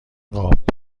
قاب